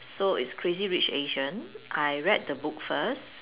so it's Crazy-Rich-Asians I read the book first